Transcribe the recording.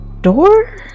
door